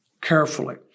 carefully